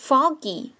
Foggy